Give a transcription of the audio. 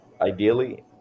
ideally